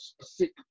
sick